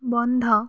বন্ধ